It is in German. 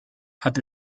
hat